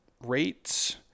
rates